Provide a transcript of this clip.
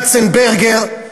כצנברגר,